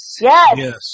Yes